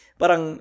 parang